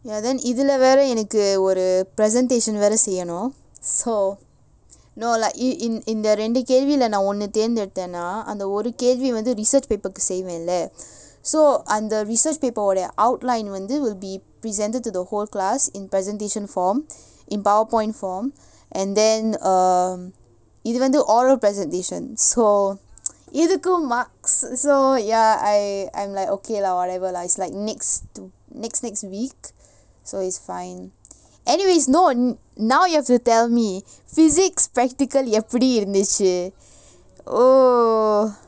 ya then இதுல வேற எனக்கு ஒரு:ithula vera enkku oru presentation வேற செய்யனும்:vera seiyanum you know so no like இந்த ரெண்டு கேள்வில நா ஒன்னு தேர்ந்தெடுத்தென்னா அந்த ஒரு கேள்வி வந்து:intha rendu kelvila naa onnu thaernthaeduthennaa antha oru kelvi vanthu research paper கு செய்வேன்ல:ku seivaenla so அந்த:antha research paper ஓட:oda outline வந்து:vanthu will be presented to the whole class in presentation form in powerpoint form and then um இது வந்து:ithu vanthu oral presentation so இதுக்கும்:ithukkum marks so ya I I'm like okay lah whatever lah it's like next to next next week so it's fine anyways no now you have to tell me physics practical எப்பிடி இருந்திச்சு:eppidi irunthichu